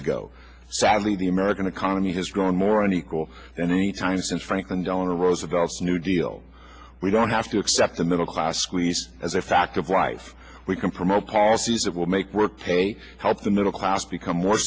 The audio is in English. ago sadly the american economy has grown more unequal and anytime since franklin delano roosevelt's new deal we don't have to accept the middle class squeeze as a fact of life we can promote policies that will make work pay help the middle class become more